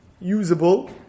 usable